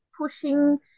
pushing